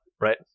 right